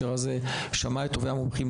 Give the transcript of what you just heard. שמעה את טובי המומחים,